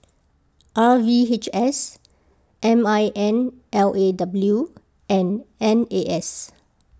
R V H S M I N L A W and N A S